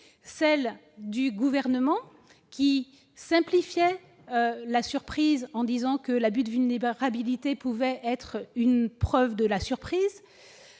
Celle du Gouvernement, qui simplifiait la preuve du viol, en disant que l'abus de la vulnérabilité pouvait être une preuve de la surprise,